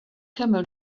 camel